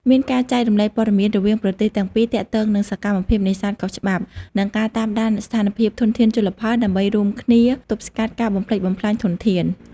មានការចែករំលែកព័ត៌មានរវាងប្រទេសទាំងពីរទាក់ទងនឹងសកម្មភាពនេសាទខុសច្បាប់ និងការតាមដានស្ថានភាពធនធានជលផល ដើម្បីរួមគ្នាទប់ស្កាត់ការបំផ្លិចបំផ្លាញធនធាន។